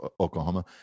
oklahoma